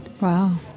Wow